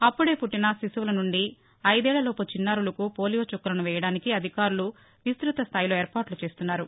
అప్పుదే పుట్టిన శిశువుల నుండి ఐదేళ్లలోపు చిన్నారులకు పోలియో చుక్కలను వేయడానికి అధికారులు విస్తృత స్థాయిలో ఏర్పాట్ల చేస్తున్నారు